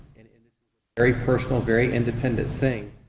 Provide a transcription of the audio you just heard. and and very personal, very independent thing,